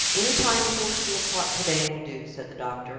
anytime before two o'clock to-day will do, said the doctor.